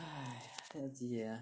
!hais! 现在几点 ah